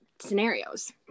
scenarios